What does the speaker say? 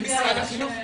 במשרד החינוך,